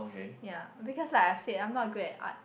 ya because like I've said I'm not good at art